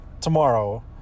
tomorrow